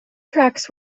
tracks